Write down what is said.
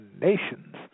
nations